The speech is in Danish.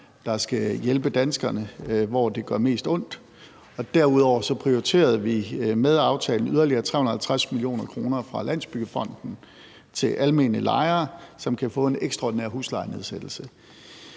der skal hjælpe danskerne, hvor det gør mest ondt. Derudover prioriterede vi med aftalen yderligere 350 mio. kr. fra Landsbyggefonden til almene lejere, som kan få en ekstraordinær huslejenedsættelse.